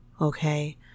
okay